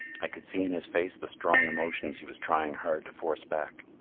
i could see in his face the strong emotions he was trying hard to force back,